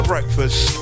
breakfast